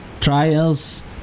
trials